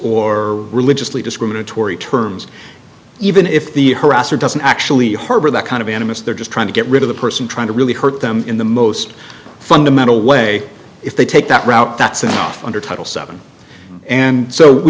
or religiously discriminatory terms even if the harasser doesn't actually harbor that kind of animist they're just trying to get rid of the person trying to really hurt them in the most fundamental way if they take that route that's enough under title seven and so we